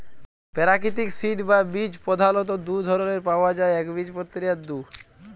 পেরাকিতিক সিড বা বীজ পধালত দু ধরলের পাউয়া যায় একবীজপত্রী আর দু